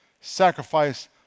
sacrifice